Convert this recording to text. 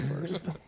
first